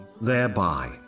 thereby